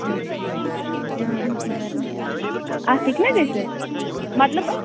نہ اَتھ ہیٚکہِ نہ گٔژھِتھ مطلب